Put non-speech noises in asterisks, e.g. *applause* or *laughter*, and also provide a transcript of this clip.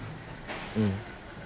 *noise* mm